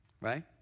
right